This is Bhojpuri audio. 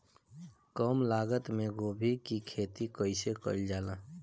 कम लागत मे गोभी की खेती कइसे कइल जाला?